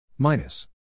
minus